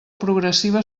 progressiva